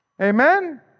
Amen